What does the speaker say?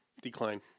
Decline